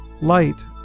Light